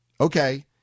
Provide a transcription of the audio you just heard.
Okay